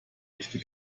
echte